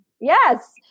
Yes